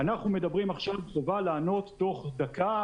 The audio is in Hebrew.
אנחנו מדברים עכשיו שזה בא לענות תוך דקה,